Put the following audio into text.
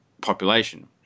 population